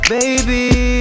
Baby